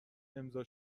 امضا